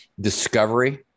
discovery